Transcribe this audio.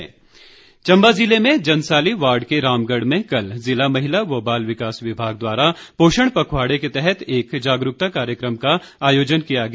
पोषण चंबा ज़िले मेँ जनसाली वार्ड के रामगढ़ में कल ज़िला महिला व बाल विकास विभाग द्वारा पोषण पखवाड़े के तहत एक जागरूकता कार्यक्रम का आयोजन किया गया